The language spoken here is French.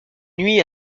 nuit